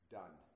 done